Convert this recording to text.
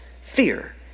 fear